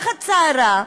תחת סערה,